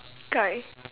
guy